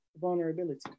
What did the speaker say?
vulnerability